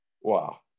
Wow